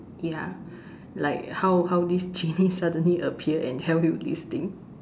ya like how how this genie suddenly appear and tell you this thing